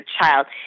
child